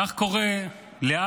כך קורה לאבי,